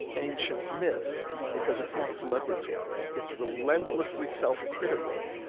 ancient myth because it's not celebratory. it's relentlessly self-critical,